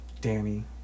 Danny